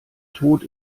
tot